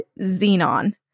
xenon